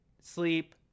sleep